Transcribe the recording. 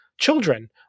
children